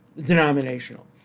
denominational